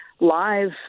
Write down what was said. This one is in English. live